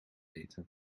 eten